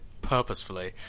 purposefully